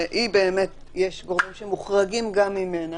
שיש באמת גורמים שמוחרגים גם ממנה.